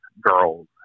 girls